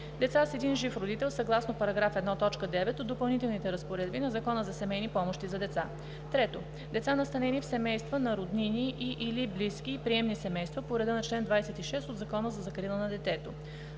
деца с един жив родител съгласно § 1, т. 9 от допълнителните разпоредби на Закона за семейни помощи за деца; 3. деца, настанени в семейства на роднини и/или близки и приемни семейства по реда на чл. 26 от Закона за закрила на детето.